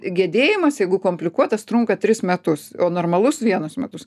gedėjimas jeigu komplikuotas trunka tris metus o normalus vienus metus